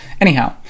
Anyhow